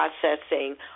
processing